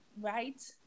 right